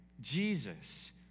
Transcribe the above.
Jesus